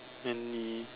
lend me